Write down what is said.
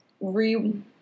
re